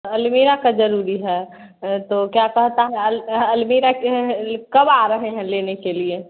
अलमीरा का ज़रूरी है तो क्या कहता है अल अलमीरा के कब आ रहे हैं लेने के लिए